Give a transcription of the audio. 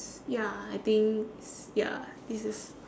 ~s ya I think s~ ya this is